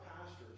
pastors